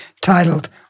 titled